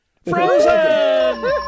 Frozen